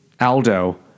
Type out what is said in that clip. Aldo